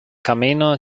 camino